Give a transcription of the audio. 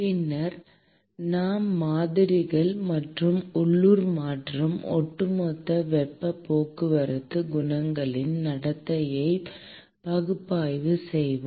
பின்னர் நாம் மாதிரிகள் மற்றும் உள்ளூர் மற்றும் ஒட்டுமொத்த வெப்ப போக்குவரத்து குணகங்களின் நடத்தையை பகுப்பாய்வு செய்வோம்